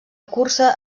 cursa